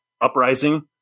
uprising